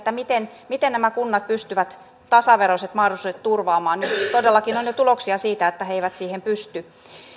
miten miten nämä kunnat pystyvät tasaveroiset mahdollisuudet turvaamaan nyt kun todellakin on jo tuloksia siitä että ne eivät siihen pysty